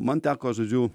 man teko žodžiu